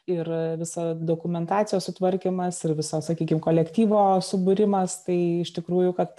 ir visa dokumentacijos sutvarkymas ir viso sakykim kolektyvo subūrimas tai iš tikrųjų kad